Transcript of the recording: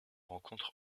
rencontre